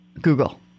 Google